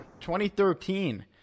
2013